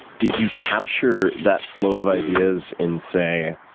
did you capture that flow of ideas in, say,